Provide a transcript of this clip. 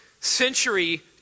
century